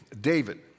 David